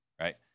right